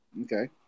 Okay